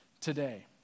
today